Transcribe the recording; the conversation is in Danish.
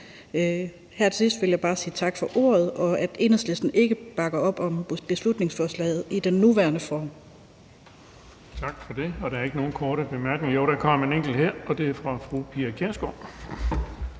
Her til sidst vil jeg bare sige tak for ordet og sige, at Enhedslisten ikke bakker op om beslutningsforslaget i sin nuværende form.